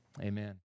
Amen